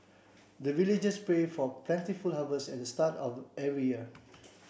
the villagers pray for plentiful harvest at the start of every year